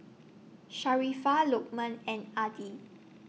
Sharifah Lokman and Adi